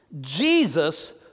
Jesus